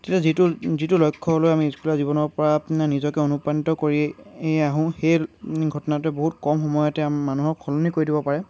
যিটো যিটো লক্ষ্য লৈ আমি স্কুলীয়া জীৱনৰ পৰা নিজকে অনুপ্ৰাণিত কৰি আহোঁ সেই ঘটনাটোৱে বহুত কম সময়তে মানুহক সলনি কৰি দিব পাৰে